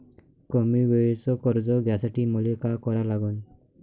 कमी वेळेचं कर्ज घ्यासाठी मले का करा लागन?